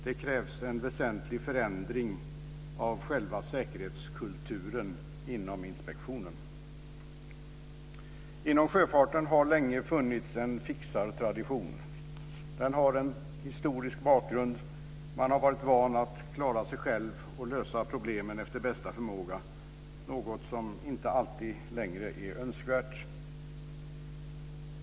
Det krävs en väsentligt förändring av själva säkerhetskulturen inom inspektionen. Inom sjöfarten har det länge funnits en fixartradition. Den har en historisk bakgrund. Man har varit van att klara sig själv och lösa problemen efter bästa förmåga, något som inte längre alltid är önskvärt.